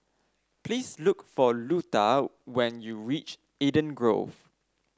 please look for Luda when you reach Eden Grove